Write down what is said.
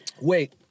Wait